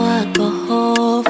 alcohol